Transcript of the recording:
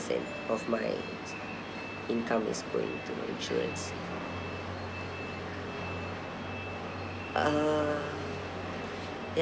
percent of my income is going to insurance uh